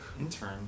intern